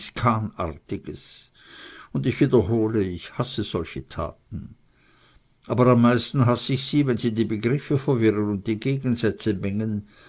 dschingiskhanartiges und ich wiederhole ich hasse solche taten am meisten aber hass ich sie wenn sie die begriffe verwirren und die gegensätze